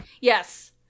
yes